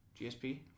GSP